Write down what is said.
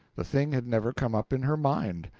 the thing had never come up in her mind.